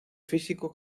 físico